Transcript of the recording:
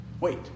Wait